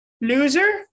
loser